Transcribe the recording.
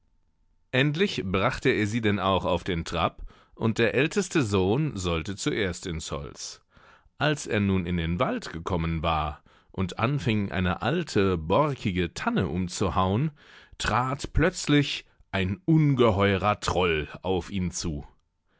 endlich brachte er sie denn auch auf den trab und der älteste sohn sollte zuerst ins holz als er nun in den wald gekommen war und anfing eine alte borkige tanne umzuhauen trat plötzlich ein ungeheurer troll auf ihn zu